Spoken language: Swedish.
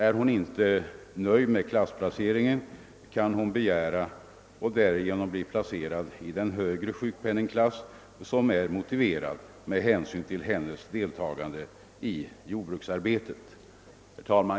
Är hon inte nöjd med klassplaceringen, kan hon efter begäran bli placerad i den högre sjukpenningsklass som är motiverad med hänsyn till hennes deltagande i jordbruksarhetet.